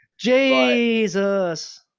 jesus